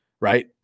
right